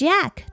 Jack